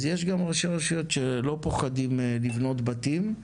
אז יש גם ראשי רשויות שלא פוחדים לבנות בתים,